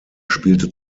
spielte